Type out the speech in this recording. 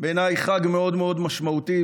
בעיניי הוא חג מאוד מאוד משמעותי,